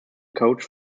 coach